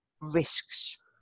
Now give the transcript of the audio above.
risks